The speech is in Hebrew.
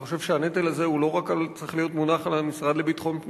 אני חושב שהנטל הזה לא צריך להיות מונח רק על המשרד לביטחון פנים.